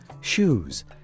shoes